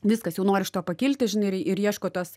viskas jau nori iš to pakilti žinai ir ieško tos